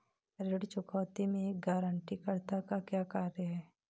ऋण चुकौती में एक गारंटीकर्ता का क्या कार्य है?